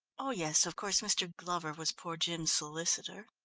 oh yes, of course mr. glover was poor jim's solicitor.